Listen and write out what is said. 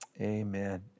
amen